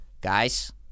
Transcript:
guys